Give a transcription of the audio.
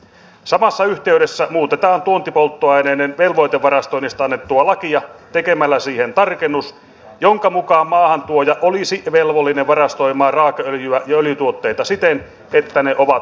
samassa yhteydessä muutetaan tuontipolttoaineiden velvoitevarastoinnista annettua lakia tekemällä siihen tarkennus jonka mukaan maahantuoja olisi velvollinen varastoimaan raakaöljyä ja öljytuotteita siten että ne ovat käytettävissä